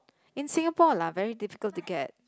in Singapore lah very difficult to get